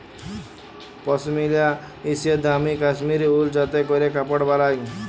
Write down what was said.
পশমিলা হইসে দামি কাশ্মীরি উল যাতে ক্যরে কাপড় বালায়